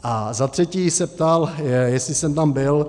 A za třetí se ptal, jestli jsem tam byl.